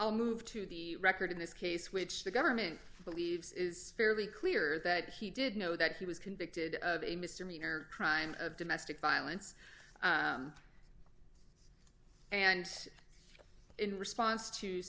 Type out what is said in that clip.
i'll move to the record in this case which the government believes is fairly clear that he did know that he was convicted of a misdemeanor crime of domestic violence and in response to